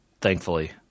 thankfully